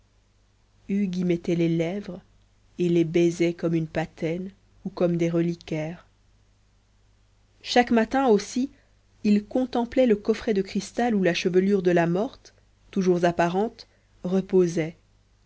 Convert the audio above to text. y mettait les lèvres et les baisait comme une patène ou comme des reliquaires chaque matin aussi il contemplait le coffret de cristal où la chevelure de la morte toujours apparente reposait